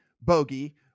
bogey